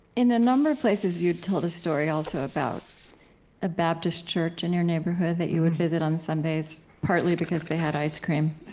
in a number of places, you told this story, also, about a baptist church in your neighborhood that you would visit on sundays partly because they had ice cream,